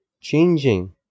changing